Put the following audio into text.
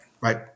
right